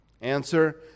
Answer